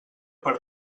per